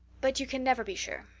but you can never be sure.